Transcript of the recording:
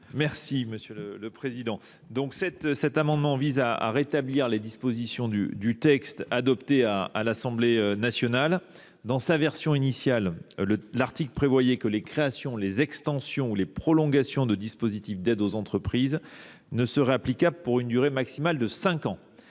est à M. le ministre délégué. Cet amendement vise à rétablir les dispositions du texte adopté à l’Assemblée nationale. Dans sa version initiale, l’article prévoyait que les créations, les extensions ou les prolongations de dispositifs d’aides aux entreprises ne seraient applicables que pour une durée maximale de cinq ans.